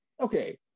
okay